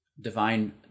divine